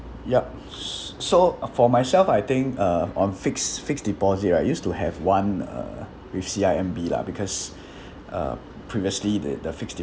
yup s~ so uh for myself I think uh on fixed fixed deposit right I used to have one uh with C_I_M_B lah because uh previously the the fixed